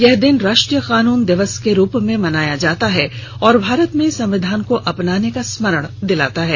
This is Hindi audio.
यह दिन राष्ट्रीय कानून दिवस के रूप में भी जाना जाता है और भारत में संविधान को अपनाने का स्मरण दिलाता है